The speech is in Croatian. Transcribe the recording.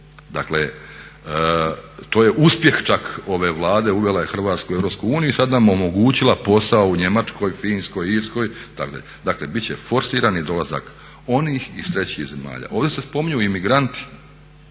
Dakle to je uspjeh čak ove Vlade, uvela je Hrvatsku u Europsku uniju i sada nam omogućila postao u Njemačkoj, Finskoj, Irskoj, itd.. dakle biti će forsirani dolazak onih iz 3. zemalja. Ovdje se spominju i imigranti.